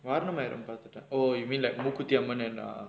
varanamaayiram பாத்துட்ட:paathutta oh you mean like mookuthiyamman and ah